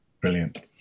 Brilliant